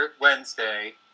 Wednesday